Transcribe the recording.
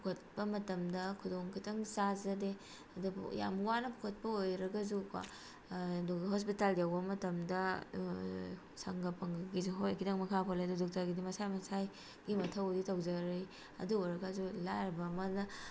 ꯄꯨꯈꯠꯄ ꯃꯇꯝꯗ ꯈꯨꯗꯣꯡ ꯈꯤꯇꯪ ꯆꯥꯖꯗꯦ ꯑꯗꯨꯕꯨ ꯌꯥꯝ ꯋꯥꯅ ꯄꯨꯈꯠꯄ ꯑꯣꯏꯔꯒꯁꯨ ꯀꯣ ꯍꯣꯁꯄꯤꯇꯥꯜ ꯌꯧꯕ ꯃꯇꯝꯗ ꯁꯪꯒ ꯄꯪꯒꯒꯤꯁꯨ ꯍꯣꯏ ꯈꯤꯇꯪ ꯃꯈꯥ ꯄꯣꯜꯂꯤ ꯑꯗꯨ ꯗꯣꯛꯇꯔꯒꯤꯗꯤ ꯃꯁꯥ ꯃꯁꯥꯒꯤ ꯃꯊꯧꯕꯨꯗꯤ ꯇꯧꯖꯔꯩ ꯑꯗꯨ ꯑꯣꯏꯔꯒꯁꯨ ꯂꯥꯏꯔꯕ ꯑꯃꯅ